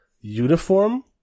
uniform